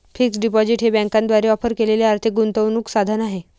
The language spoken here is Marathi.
फिक्स्ड डिपॉझिट हे बँकांद्वारे ऑफर केलेले आर्थिक गुंतवणूक साधन आहे